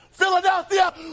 Philadelphia